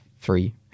three